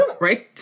Right